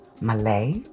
Malay